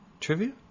trivia